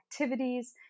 activities